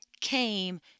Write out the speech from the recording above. came